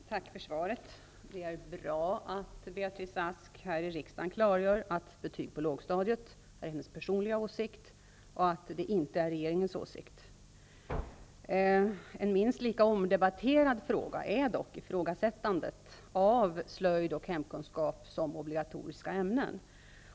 Fru talman! Tack för svaret. Det är bra att Beatrice Ask här i riksdagen klargör att det är hennes personliga åsikt och inte regeringens åsikt att betyg skall ges på lågstadiet. En minst lika omdebatterad fråga är dock ifrågasättandet av slöjd och hemkunskap som obligatoriska ämnen.